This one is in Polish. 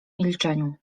milczeniu